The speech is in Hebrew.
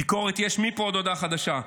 ביקורת יש מפה עד להודעה חדשה.